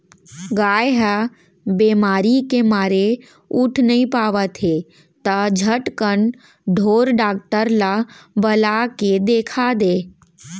गाय ह बेमारी के मारे उठ नइ पावत हे त झटकन ढोर डॉक्टर ल बला के देखा दे